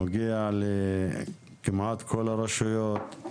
נוגע לכמעט כל הרשויות.